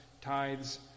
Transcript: tithes